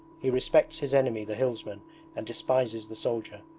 he respects his enemy the hillsman and despises the soldier,